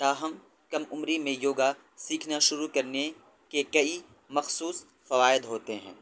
تاہم کم عمری میں یوگا سیکھنا شروع کرنے کے کئی مخصوص فوائد ہوتے ہیں